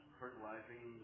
fertilizing